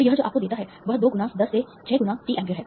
तो यह जो आपको देता है वह 2 गुना 10 से 6 गुना t एम्पीयर है